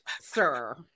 sir